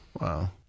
Wow